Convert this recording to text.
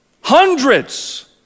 hundreds